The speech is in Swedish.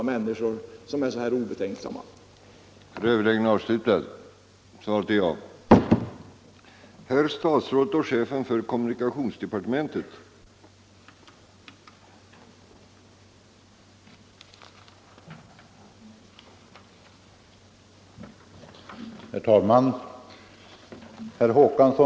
Torsdagen den 13 mars 1975